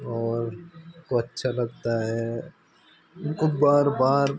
और वह अच्छा लगता है उनको बार बार